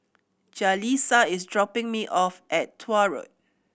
Jaleesa is dropping me off at Tuah Road